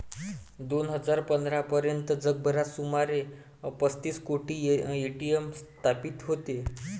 दोन हजार पंधरा पर्यंत जगभरात सुमारे पस्तीस कोटी ए.टी.एम स्थापित होते